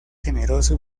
generoso